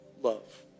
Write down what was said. love